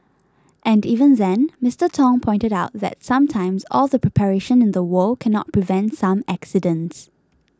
and even then Mister Tong pointed out that sometimes all the preparation in the world cannot prevent some accidents